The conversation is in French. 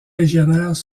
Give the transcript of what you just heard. légionnaires